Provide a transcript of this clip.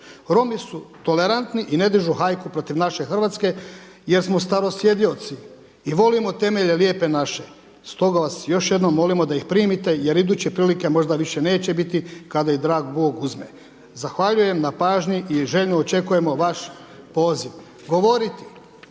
Romi su tolerantni i ne dižu hajku protiv naše Hrvatske, jer smo starosjedioci i volimo temelje Lijepe naše. Stoga vas još jednom molimo da ih primite, jer iduće prilike možda više neće biti kada ih dragi Bog uzme. Zahvaljujem na pažnji i željno očekujemo vaš poziv.“